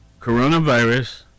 coronavirus